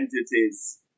entities